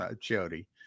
Jody